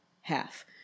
half